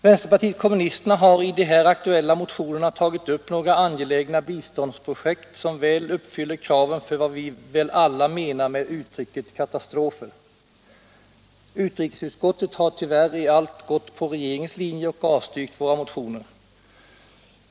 Vänsterpartiet kommunisterna har i de här aktuella motionerna tagit upp några angelägna biståndsprojekt — det gäller fall som väl uppfyller kraven för vad vi nog alla menar med uttrycket katastrofer. Utrikesutskottet har tyvärr i allt gått på regeringens linje och avstyrkt våra motioner.